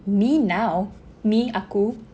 me now me aku